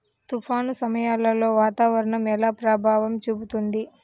తుఫాను సమయాలలో వాతావరణం ఎలా ప్రభావం చూపుతుంది?